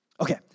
Okay